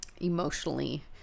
emotionally